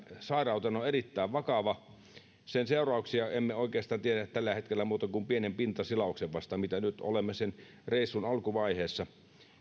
sairautena on erittäin vakava sen seurauksia emme oikeastaan tiedä tällä hetkellä muuta kuin pienen pintasilauksen vasta mitä nyt olemme sen reissun alkuvaiheessa